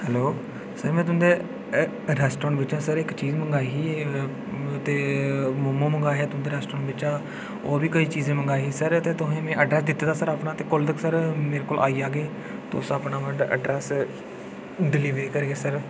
hello sir में तुंदे restaurant बिच्चा इक चीज मंगाई ही ते मोमो मंगाए हे तुंदे रेस्टोरां बिच्चा होर बी केई चीजां मंगोआइयां हियां ते सर तुसेंगी आडर्र दित्ते दा ते कदूं तक्कर सर मेरे कोल आई जाह्गे तुस अपना अडरैस डलीवरी करियै सर